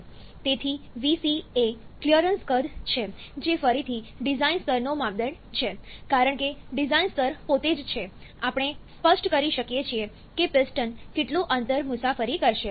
તેથી Vc એ clearance કદ છે જે ફરીથી ડિઝાઇન સ્તરનો માપદંડ છે કારણ કે ડિઝાઇન સ્તર પોતે જ છે આપણે સ્પષ્ટ કરી શકીએ છીએ કે પિસ્ટન કેટલું અંતર મુસાફરી કરશે